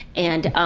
and um.